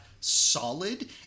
solid